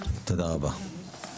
תודה רבה.